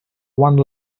one